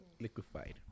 Liquefied